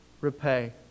repay